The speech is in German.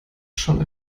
schon